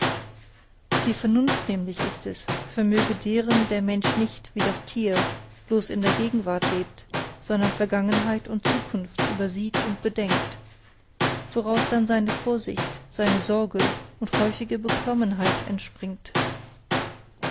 die vernunft nämlich ist es vermöge deren der mensch nicht wie das thier bloß in der gegenwart lebt sondern vergangenheit und zukunft übersieht und bedenkt woraus dann seine vorsicht seine sorge und häufige beklommenheit entspringt